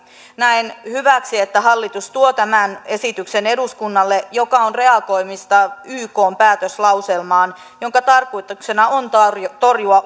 näen hyväksi että hallitus tuo tämän esityksen eduskunnalle mikä on reagoimista ykn päätöslauselmaan jonka tarkoituksena on torjua